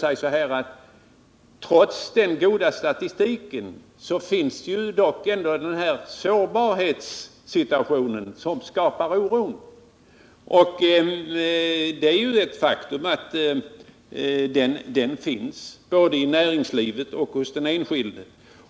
Men trots denna goda statistik finns dock en sårbarhetssituation som skapar oro. Det är ju ett faktum både i näringslivet och hos den enskilde.